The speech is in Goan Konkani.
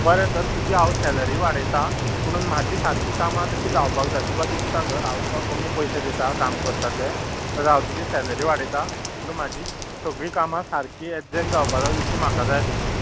बरें तर तुजी हांव सेलरी वाडयतां पूण म्हजी सारकी कामां तशी जावपाक जाय तुका दिसता दर हांव तुका कमी पयशे दिता काम करता ते तर हांव तुजी सेलरी वाडयता पूण म्हाजी सगलीं कामां सारकीं एग्जेट जावपा जाय जशी म्हाका जाय तशी